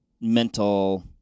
mental